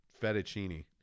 fettuccine